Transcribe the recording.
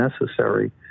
necessary